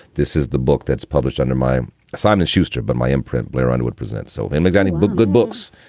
this is the book that's published under my simon schuster. but my imprint. blair underwood presents. so if it makes any book, good books,